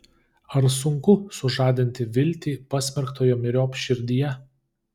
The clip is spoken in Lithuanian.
ar sunku sužadinti viltį pasmerktojo myriop širdyje